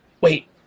Wait